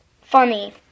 Funny